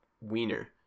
Wiener